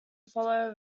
follow